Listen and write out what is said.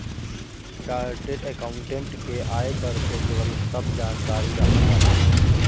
chartered accountant के आयकर से जुड़ल सब जानकारी रहत बाटे